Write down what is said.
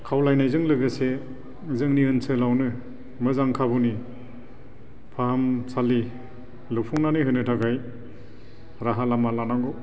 खावलायनायजों लोगोसे जोंनि ओनसोलावनो मोजां खाबुनि फाहामसालि लुफुंनानै होनो थाखाय राहा लामा लानांगौ